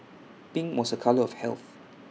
pink was A colour of health